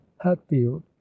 hatfield